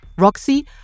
Roxy